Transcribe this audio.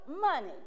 money